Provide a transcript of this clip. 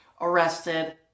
arrested